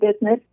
business